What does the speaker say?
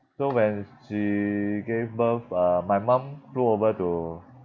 so when she gave birth uh my mum flew over to